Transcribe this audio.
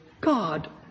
God